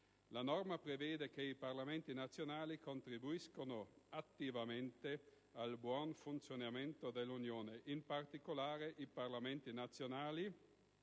La norma prevede che i Parlamenti nazionali contribuiscano attivamente al buon funzionamento dell'Unione. In particolare, i Parlamenti nazionali: